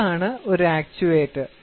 എന്താണ് ഒരു ആക്ചുവേറ്റർ